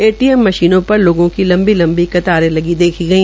एटीमए मशीनों पर लोगों की लम्बी कतारें लगी देखी गई